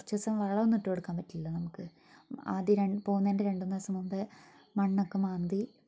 കുറച്ച് ദിവസം വെള്ളമൊന്നും ഇട്ടു കൊടുക്കാൻ പറ്റില്ലല്ലോ നമുക്ക് ആദ്യ പോകുന്നതിൻ്റെ രണ്ട് മൂന്ന് ദിവസം മുന്പെ മണ്ണൊക്കെ മാന്തി